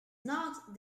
not